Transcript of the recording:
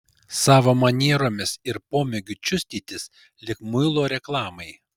savo manieromis ir pomėgiu čiustytis lyg muilo reklamai